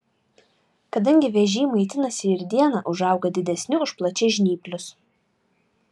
kadangi vėžiai maitinasi ir dieną užauga didesni už plačiažnyplius